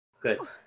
Good